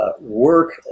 work